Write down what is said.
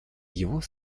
его